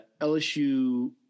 lsu